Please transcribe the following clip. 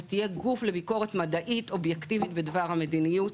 ותהיה גוף לביקורת מדעית ואובייקטיבית בדבר המדיניות,